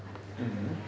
mmhmm